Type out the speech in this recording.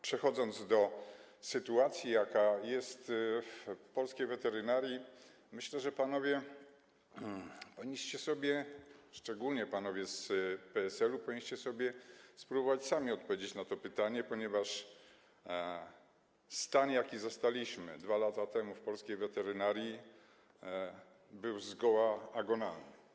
Przechodząc do sytuacji, jaka jest w polskiej weterynarii, myślę, że panowie, szczególnie panowie z PSL-u, powinniście spróbować sobie sami odpowiedzieć na to pytanie, ponieważ stan, jaki zastaliśmy 2 lata temu w polskiej weterynarii, był zgoła agonalny.